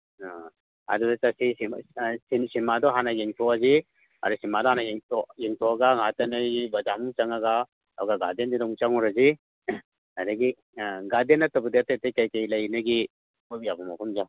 ꯑ ꯑꯗꯨꯗ ꯆꯠꯁꯦ ꯁꯤꯅꯤꯃꯦꯗꯨ ꯍꯥꯟꯅ ꯌꯦꯡꯊꯣꯛꯑꯁꯤ ꯑꯗꯩ ꯁꯤꯅꯦꯃꯥꯗꯣ ꯍꯥꯟꯅ ꯌꯦꯡꯊꯣꯛꯑꯒ ꯉꯥꯏꯍꯥꯛꯇꯪ ꯅꯣꯏꯒꯤ ꯕꯖꯥꯔ ꯃꯅꯨꯡ ꯆꯪꯉꯒ ꯑꯗꯨꯒ ꯒꯥꯔꯗꯦꯟꯁꯤꯗ ꯑꯃꯨꯛ ꯆꯪꯉꯨꯔꯁꯤ ꯑꯗꯒꯤ ꯒꯥꯔꯗꯦꯟ ꯅꯠꯇꯕꯗꯤ ꯑꯇꯩ ꯑꯇꯩ ꯀꯔꯤ ꯀꯔꯤ ꯂꯩ ꯅꯣꯏꯒꯤ ꯀꯣꯏꯕ ꯌꯥꯕ ꯃꯐꯝꯁꯦ